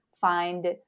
find